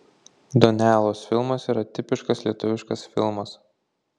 donelos filmas yra tipiškas lietuviškas filmas